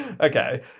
Okay